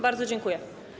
Bardzo dziękuję.